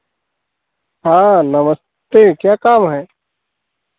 हाँ नमस्ते क्या काम है